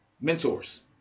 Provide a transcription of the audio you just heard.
Mentors